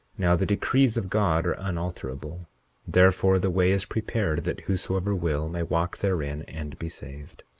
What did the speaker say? now, the decrees of god are unalterable therefore, the way is prepared that whosoever will may walk therein and be saved.